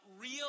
real